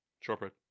Shortbread